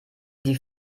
die